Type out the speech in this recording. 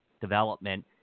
development